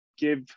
give